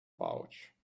pouch